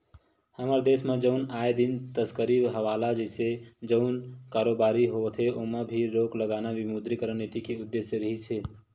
हमर देस म जउन आए दिन तस्करी हवाला जइसे जउन कारोबारी होथे ओमा भी रोक लगाना विमुद्रीकरन नीति के उद्देश्य रिहिस हे